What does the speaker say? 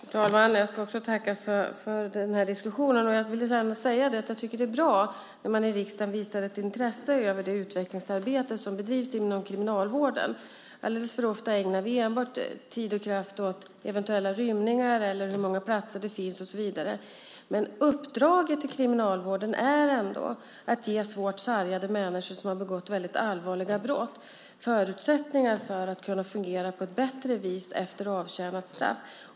Fru talman! Jag tackar också för diskussionen. Jag vill gärna säga att jag tycker att det är bra att man i riksdagen visar intresse för det utvecklingsarbete som bedrivs inom kriminalvården. Alldeles för ofta ägnar vi enbart tid och kraft åt eventuella rymningar eller hur många platser det finns och så vidare, men uppdraget till Kriminalvården är ändå att ge svårt sargade människor som har begått väldigt allvarliga brott förutsättningar för att kunna fungera på ett bättre vis efter avtjänat straff.